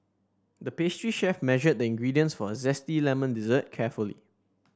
the pastry chef measured the ingredients for a zesty lemon dessert carefully